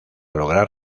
lograr